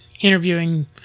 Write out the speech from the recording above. interviewing